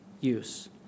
use